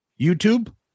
YouTube